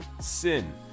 sin